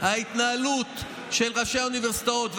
ההתנהלות של ראשי האוניברסיטאות,